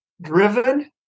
driven